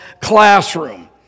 classroom